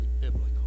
biblical